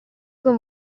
con